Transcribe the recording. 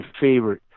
favorite –